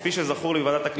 כפי שזכור לי בוועדת הכנסת,